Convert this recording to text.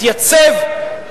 התייצב,